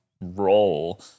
role